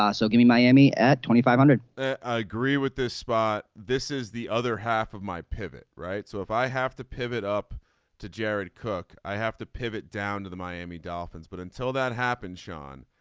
ah so give me miami at twenty five hundred. i agree with this spot. this is the other half of my pivot right. so if i have to pivot up to jared cook i have to pivot down to the miami dolphins. but until that happens sean